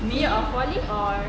fear of falling or